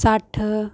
सट्ठ